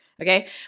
Okay